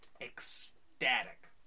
ecstatic